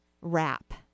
wrap